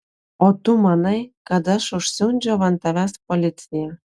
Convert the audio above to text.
o tu manai kad aš užsiundžiau ant tavęs policiją